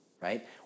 right